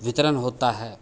वितरण होता है